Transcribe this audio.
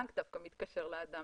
הבנק דווקא מתקשר לאדם